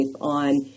on